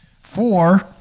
Four